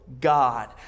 God